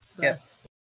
Yes